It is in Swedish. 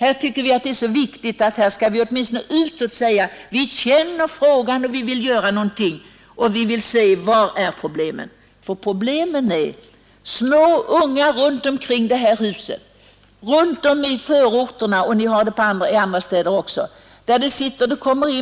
Det är viktigt att vi åtminstone utåt kan säga: Vi känner frågan, vi vill göra någonting och vi vill ta reda på var problemet finns. Problemet finns bland små ungar runt omkring detta hus och ute i förorterna — även i andra städer, På kvällarna kommer det